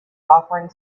offering